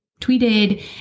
tweeted